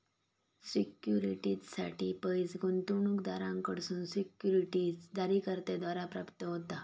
सिक्युरिटीजसाठी पैस गुंतवणूकदारांकडसून सिक्युरिटीज जारीकर्त्याद्वारा प्राप्त होता